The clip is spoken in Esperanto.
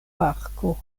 parko